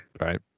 right